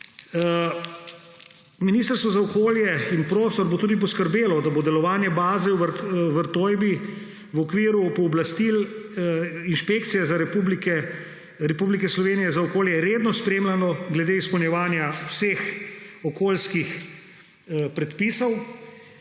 Ministrstvo za okolje in prostor bo tudi poskrbelo, da bo delovanje baze v Vrtojbi v okviru pooblastil inšpekcije Republike Slovenije za okolje redno spremljano glede izpolnjevanja vseh okoljskih predpisov,